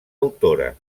autora